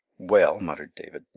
well, muttered david,